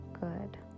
good